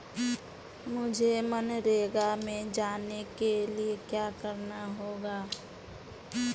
मुझे मनरेगा में जाने के लिए क्या करना होगा?